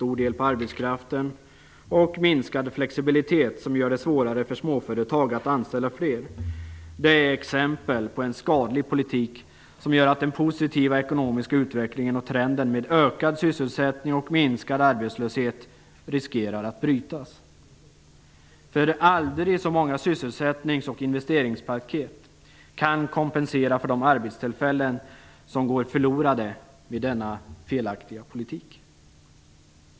och minskad flexibilitet som gör det svårare för småföretag att anställa fler är exempel på en skadlig politik som gör att den positiva ekonomiska utvecklingen och trenden med ökad sysselsättning och minskad arbetslöshet riskerar att brytas. Aldrig så många sysselsättnings och investeringspaket kan kompensera för de arbetstillfällen som går förlorade med denna felaktiga politik.